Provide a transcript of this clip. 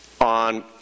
on